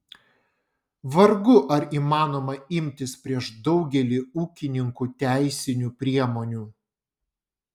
vargu ar įmanoma imtis prieš daugelį ūkininkų teisinių priemonių